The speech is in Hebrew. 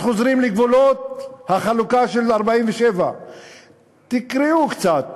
אז חוזרים לגבולות החלוקה של 47'. תקראו קצת,